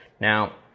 Now